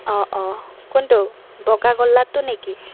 অঁ অঁ কোনটো বগা গোল্লাটো নেকি